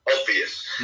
Obvious